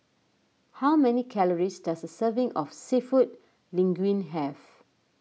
how many calories does a serving of Seafood Linguine have